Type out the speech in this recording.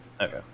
Okay